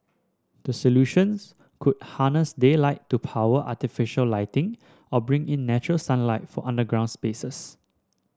the solutions could harness daylight to power artificial lighting or bring in natural sunlight for underground spaces